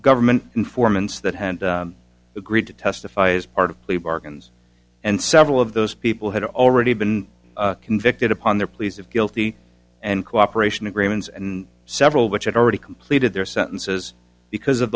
government informants that had agreed to testify as part of plea bargains and several of those people had already been convicted upon their pleas of guilty and cooperation agreements and several which had already completed their sentences because of